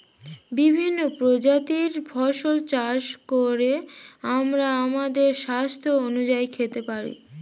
বিভিন্ন প্রজাতির ফসল চাষ করে আমরা আমাদের স্বাস্থ্য অনুযায়ী খেতে পারি